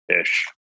ish